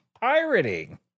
pirating